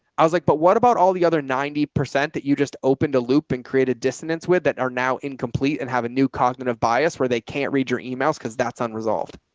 i was like, but what about all the other ninety percent that you just opened a loop and create a dissonance with that are now incomplete and have a new cognitive bias where they can't read your emails cause that's unresolved.